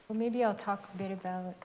maybe i'll talk a bit about